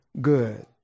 good